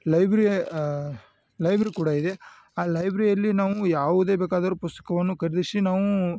Libre library ಕೂಡ ಇದೆ ಆ ಲೈಬ್ರೆಲ್ಲಿ ನಾವು ಯಾವುದೇ ಬೇಕಾದರು ಪುಸ್ತಕವನ್ನು ಖರೀದಿಸಿ ನಾವು